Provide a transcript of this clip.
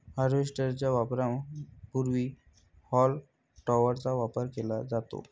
harvester च्या वापरापूर्वी haulm टॉपरचा वापर केला जातो